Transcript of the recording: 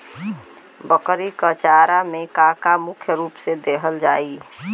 बकरी क चारा में का का मुख्य रूप से देहल जाई?